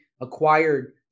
acquired